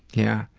yeah.